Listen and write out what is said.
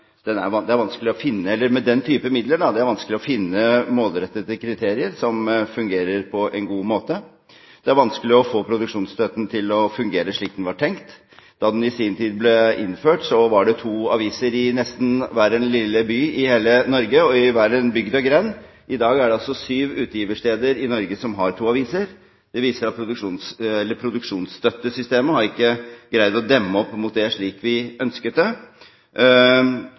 det er vanskelig å finne målrettede kriterier som fungerer på en god måte. Det er vanskelig å få produksjonsstøtten til å fungere slik den var tenkt. Da den i sin tid ble innført, var det to aviser i nesten hver en liten by i hele Norge og i hver en bygd og grend. I dag er det altså sju utgiversteder i Norge som har to aviser. Det viser at produksjonsstøttesystemet ikke har greid å demme opp mot dette slik vi ønsket. Det er også betenkeligheter ideologisk sett, knyttet til sammenhengen mellom stat og ytringsfrihet, som vi begrunner vårt standpunkt med. Replikkordskiftet er omme. Kulturløftet var det